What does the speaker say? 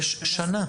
יש שנה.